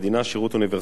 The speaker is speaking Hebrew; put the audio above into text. שירות אוניברסלי,